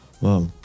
wow